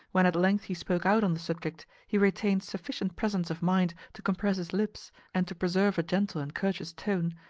when at length he spoke out on the subject, he retained sufficient presence of mind to compress his lips, and to preserve a gentle and courteous tone,